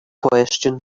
question